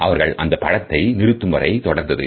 அவர்கள் அந்தப் படத்தை நிறுத்தும் வரை தொடர்ந்தது